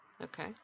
okay